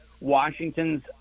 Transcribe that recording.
Washington's